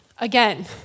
Again